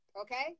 Okay